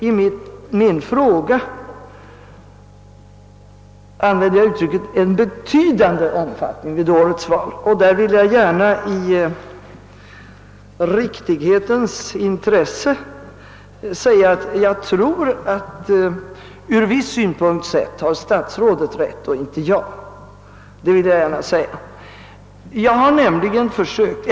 I min fråga använde jag uttrycket »i betydande omfattning vid årets val», och jag vill i riktighetens intresse gärna säga, att statsrådet och inte jag har rätt från en viss synpunkt sett.